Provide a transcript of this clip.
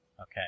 Okay